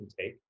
take